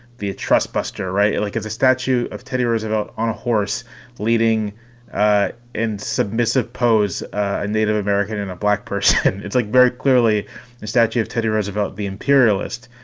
the trustbuster. right. like it's a statue of teddy roosevelt on a horse leading in submissive pose, a native american and a black person. it's like very clearly the statue of teddy roosevelt, the imperialists